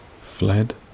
fled